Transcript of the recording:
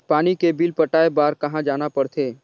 पानी के बिल पटाय बार कहा जाना पड़थे?